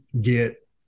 get